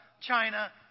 China